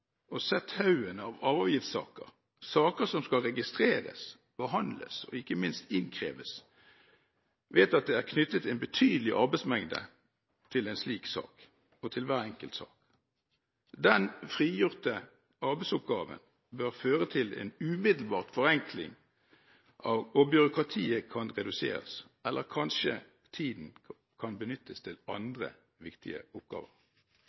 og sett haugen av arveavgiftssaker, saker som skal registreres, behandles og ikke minst innkrevingen, vet at det er knyttet betydelig arbeidsmengde til hver enkelt sak. Den frigjorte arbeidsoppgaven bør føre til en umiddelbar forenkling, og byråkratiet kan reduseres, eller kanskje tiden kan benyttes til andre viktige oppgaver.